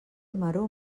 maror